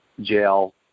jail